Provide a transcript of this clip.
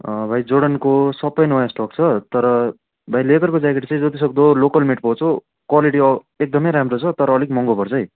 भाइ जोर्डनको सबै नयाँ स्टक छ तर भाइ लेदरको ज्याकेट चाहिँ जति सक्दो लोकल मेड पाउँछौँ क्वालिटी एकदमै राम्रो छ तर अलिक महँगो पर्छ है